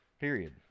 period